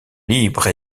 libre